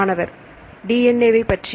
மாணவர்DNA வைப் பற்றி